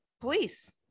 police